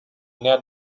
near